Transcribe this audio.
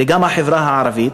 וגם החברה הערבית